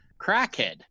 crackhead